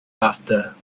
after